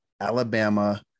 Alabama